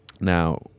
now